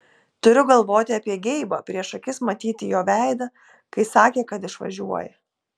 turiu galvoti apie geibą prieš akis matyti jo veidą kai sakė kad išvažiuoja